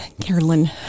Carolyn